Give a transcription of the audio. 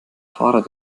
fahrer